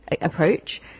approach